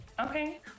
okay